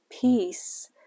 peace